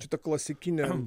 čia ta klasikinė